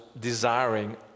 desiring